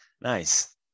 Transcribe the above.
nice